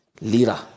lira